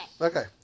Okay